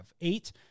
eight